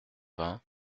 vingt